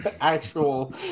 actual